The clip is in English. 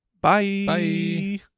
Bye